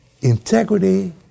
Integrity